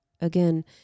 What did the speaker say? Again